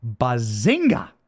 Bazinga